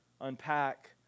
unpack